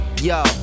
yo